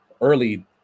early